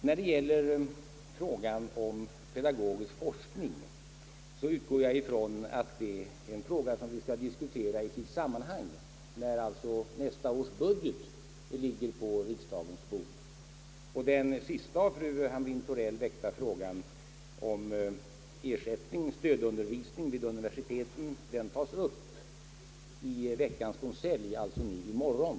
När det gäller frågan om pedagogisk forskning utgår jag ifrån att det är en fråga som vi skall diskutera i sitt sammanhang, d. v. s. när nästa års budgetförslag ligger på riksdagens bord, Den senaste av fru Hamrin-Thorell väckta frågan om ersättning till stödundervisning vid universiteten tas upp i veckans konselj, alltså i morgon.